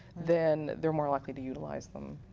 then they're more likely to utilize them.